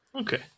Okay